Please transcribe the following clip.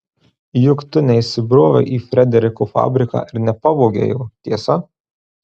juk tu neįsibrovei į frederiko fabriką ir nepavogei jo tiesa